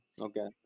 Okay